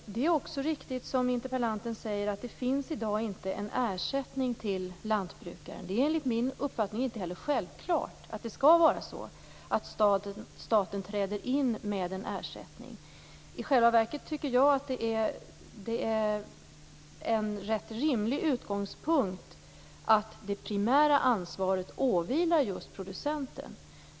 Det är också riktigt, som interpellanten säger, att det i dag inte finns en ersättning till lantbrukaren. Det är, enligt min uppfattning, inte heller självklart att det skall vara så att staten träder in med en ersättning. I själva verket tycker jag att det är en rimlig utgångspunkt att det primära ansvaret åvilar just producenten.